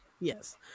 Yes